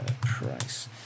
price